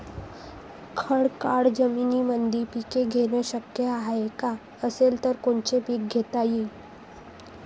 खडकाळ जमीनीमंदी पिके घेणे शक्य हाये का? असेल तर कोनचे पीक घेता येईन?